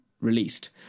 released